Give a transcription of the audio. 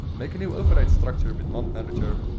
make a new override structure with mod manager,